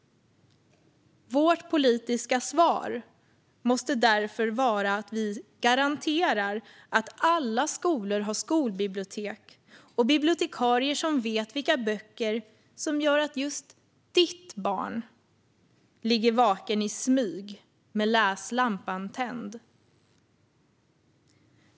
Vårt politiska svar måste därför vara att vi garanterar att alla skolor har skolbibliotek och bibliotekarier som vet vilka böcker som gör att just ditt barn ligger vaket i smyg med läslampan tänd.